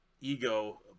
Ego